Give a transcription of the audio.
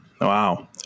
Wow